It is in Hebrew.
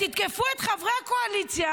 תתקפו את חברי הקואליציה,